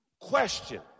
Question